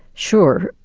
sure,